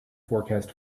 forecast